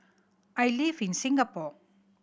I live in Singapore